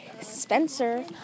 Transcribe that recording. Spencer